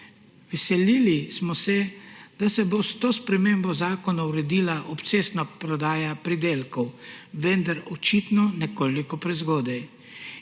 Veselili smo se, da se bo s to spremembo zakona uredila obcestna prodaja pridelkov, vendar očitno nekoliko prezgodaj.